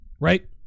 right